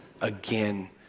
again